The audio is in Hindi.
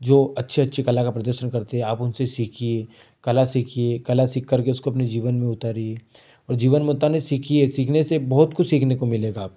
जो अच्छी अच्छी कला का प्रदर्शन करते हैं आप उनसे सीखिए कला सीखिए कला सीख करके उसको अपने जीवन में उतारिए और जीवन में उतारे नहीं सीखिए सीखने से बहुत कुछ सीखने को मिलेगा आपको